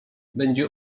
będzie